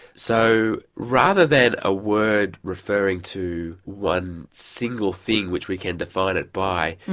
so rather than a word referring to one single thing which we can define it by,